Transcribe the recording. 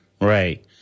Right